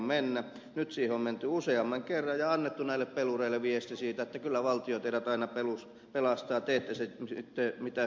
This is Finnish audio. nyt siihen on menty useamman kerran ja annettu näille pelureille viesti siitä että kyllä valtio teidät aina pelastaa teette sitten mitä hyvänsä